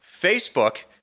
Facebook